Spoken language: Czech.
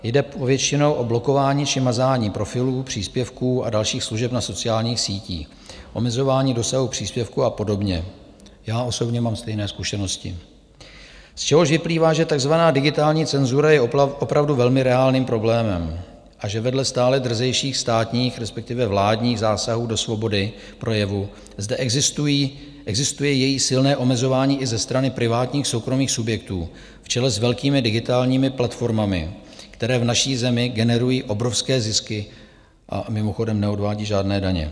Jde povětšinou o blokování či mazání profilů, příspěvků a dalších služeb na sociálních sítích, omezování dosahu příspěvků a podobně já osobně mám stejné zkušenosti z čehož vyplývá, že takzvaná digitální cenzura je opravdu velmi reálným problémem a že vedle stále drzejších státních, respektive vládních zásahů do svobody projevu zde existuje její silné omezování i ze strany privátních soukromých subjektů v čele s velkými digitálními platformami, které v naší zemi generují obrovské zisky a mimochodem neodvádějí žádné daně.